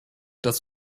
das